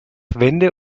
wende